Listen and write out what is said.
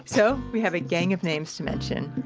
so, we have a gang of names to mention.